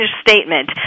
statement